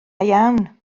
iawn